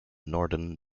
norden